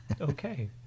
okay